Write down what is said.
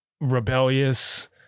rebellious